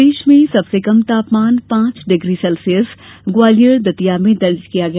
प्रदेश में सबसे कम तापमान पांच डिग्री सेल्सियस ग्वालियर दतिया में दर्ज किया गया